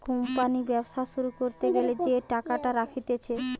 company ব্যবসা শুরু করতে গ্যালা যে টাকাটা রাখতিছে